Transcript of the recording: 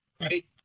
Right